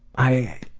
i